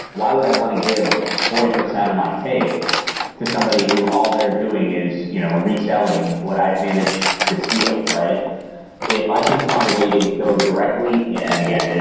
why would i want to give forty percent of my take to somebody who all they're doing is you know reselling what i've managed to steal? if i can find a way to go directly yeah and again, and